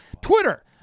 Twitter